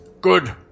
Good